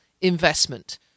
investment